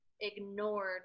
ignored